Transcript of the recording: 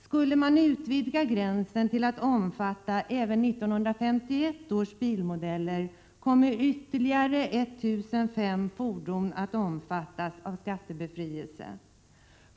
Skulle man utvidga gränsen till att omfatta även 1951 års bilmodeller, skulle ytterligare 1 005 fordon omfattas av skattebefrielse.